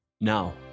Now